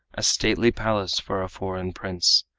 a stately palace for a foreign prince,